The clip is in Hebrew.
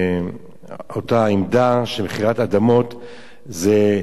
עמדה שמכירת אדמות נקראת "בגידה",